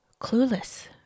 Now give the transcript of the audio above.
clueless